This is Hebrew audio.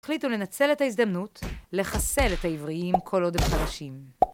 החליטו לנצל את ההזדמנות לחסל את העבריים כל עוד החדשים.